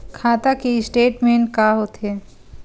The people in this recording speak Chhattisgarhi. खाता के स्टेटमेंट का होथे?